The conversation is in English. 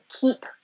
keep